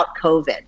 COVID